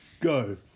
go